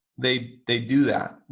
they they do that.